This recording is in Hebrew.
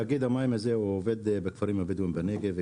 תאגיד המים הזה עובד בכפרים הבדואיים בנגב ,